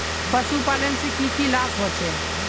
पशुपालन से की की लाभ होचे?